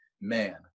man